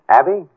Abby